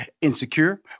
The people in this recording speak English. Insecure